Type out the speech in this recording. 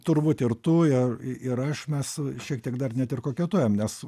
turbūt ir tu ir ir aš mes šiek tiek dar net ir koketuojam nes